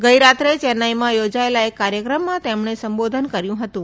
ગઇ રાત્રે ચેન્નાઇમાં યોજાયેલા એક કાર્યક્રમમાં તેમણે સંબોધન કર્યું હતું